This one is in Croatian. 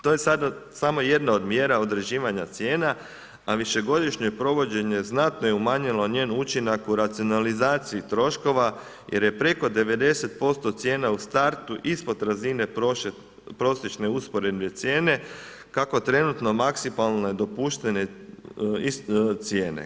To je samo jedna od mjera određivanja cijena a višegodišnje provođenje znatno je umanjilo njen učinak u racionalizaciji troškova jer je preko 90% cijena u startu ispod razine prosječne usporedbe cijene kako trenutno maksimalno dopuštene cijene.